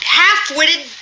half-witted